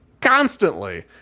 constantly